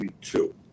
two